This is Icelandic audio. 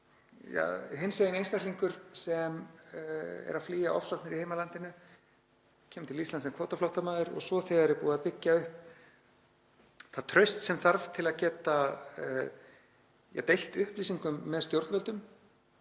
svo hinsegin einstaklingur sem er að flýja ofsóknir í heimalandinu, kemur til Íslands sem kvótaflóttamaður og svo þegar er búið að byggja upp það traust sem þarf til að geta deilt upplýsingum með stjórnvöldum,